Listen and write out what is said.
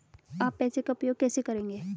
आप पैसे का उपयोग कैसे करेंगे?